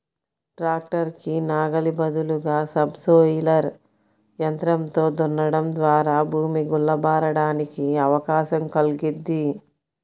tractor కి నాగలి బదులుగా సబ్ సోయిలర్ యంత్రంతో దున్నడం ద్వారా భూమి గుల్ల బారడానికి అవకాశం కల్గిద్ది